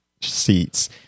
seats